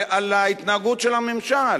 על ההתנהגות של הממשל.